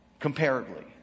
comparably